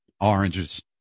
Oranges